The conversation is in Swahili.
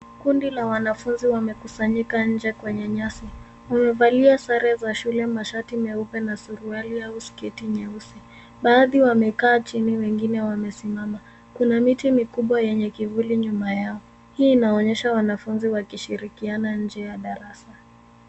Kundi la wanafunzi wamekusanyika nje kwenye nyasi. Wamevalia sare za shule: mashati meupe na suruali au sketi nyeusi. Baadhi wamekaa chini, wengine wamesimama. Kuna miti mikubwa yenye kivuli nyuma yao. Hii inaonyesha wanafunzi wakishirikiana nje ya darasa.